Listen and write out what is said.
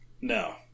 No